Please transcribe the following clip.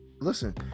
Listen